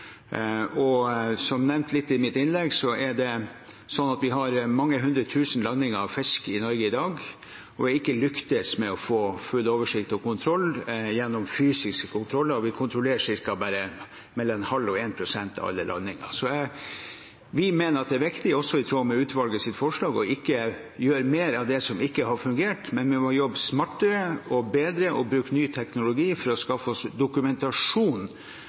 Som jeg nevnte i mitt innlegg, har vi mange hundre tusen landinger av fisk i Norge i dag, og vi har ikke lyktes med å få full oversikt og kontroll gjennom fysiske kontroller – vi kontrollerer bare ca. mellom en halv og én prosent av alle landinger. Vi mener det er viktig, og det er også i tråd med utvalgets forslag, ikke å gjøre mer av det som ikke har fungert. Vi må jobbe smartere og bedre og bruke ny teknologi for å skaffe oss dokumentasjon